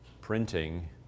printing